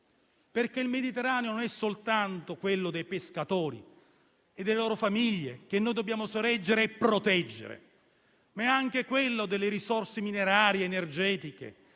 perché il Mediterraneo non è soltanto il mare dei pescatori e delle loro famiglie, che dobbiamo sorreggere e proteggere. È anche il mare delle risorse minerarie, energetiche,